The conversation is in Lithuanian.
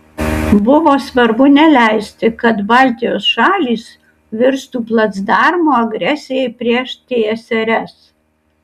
buvo svarbu neleisti kad baltijos šalys virstų placdarmu agresijai prieš tsrs